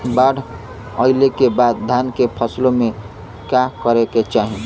बाढ़ आइले के बाद धान के फसल में का करे के चाही?